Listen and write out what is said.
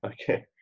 Okay